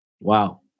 Wow